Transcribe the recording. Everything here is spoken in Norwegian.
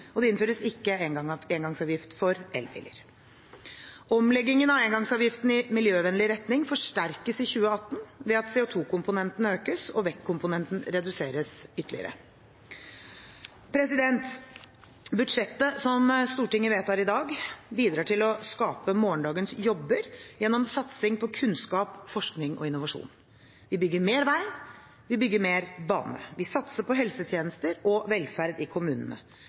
og det innføres ikke engangsavgift for elbiler. Omleggingen av engangsavgiften i miljøvennlig retning forsterkes i 2018 ved at CO 2 -komponenten økes og vektkomponenten reduseres ytterligere. Budsjettet som Stortinget vedtar i dag, bidrar til å skape morgendagens jobber gjennom satsing på kunnskap, forskning og innovasjon. Vi bygger mer vei, vi bygger mer bane. Vi satser på helsetjenester og velferd i kommunene.